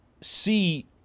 see